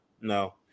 no